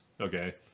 okay